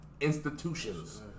institutions